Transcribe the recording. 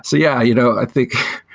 so yeah. you know i think